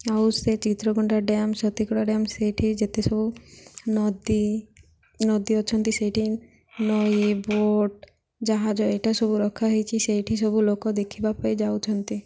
ଆଉ ସେ Chitrakunda dam Satiguda dam ସେଇଠି ଯେତେ ସବୁ ନଦୀ ନଦୀ ଅଛନ୍ତି ସେଇଠି ନଈ ବୋଟ୍ ଜାହାଜ ଏଇଟା ସବୁ ରଖା ହେଇଛି ସେଇଠି ସବୁ ଲୋକ ଦେଖିବା ପାଇଁ ଯାଉଛନ୍ତି